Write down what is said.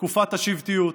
לתקופת השבטיות: